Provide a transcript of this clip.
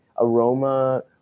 Aroma